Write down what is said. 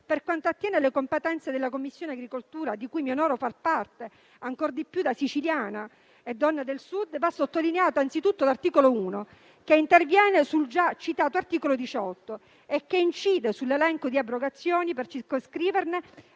Per quanto attiene le competenze della Commissione agricoltura, di cui mi onoro di far parte, ancor di più da siciliana e da donna del Sud, va sottolineato anzitutto l'articolo 1, che interviene sul già citato articolo 18 e che incide sull'elenco di abrogazioni per circoscriverne